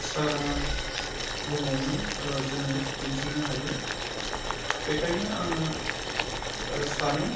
सारा बुहुमावनो जोङो दिन्थिनो हायो बेनिखायनो आङो सानो